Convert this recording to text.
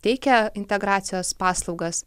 teikia integracijos paslaugas